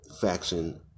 faction